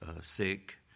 sick